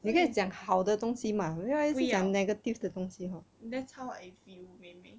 不要 that's how I feel 妹妹